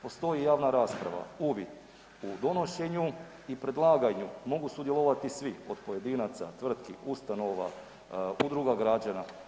Postoji javna rasprava, uvid u donošenju i predlaganju mogu sudjelovati svi od pojedinaca, tvrtki, ustanova, udruga građana.